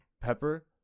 pepper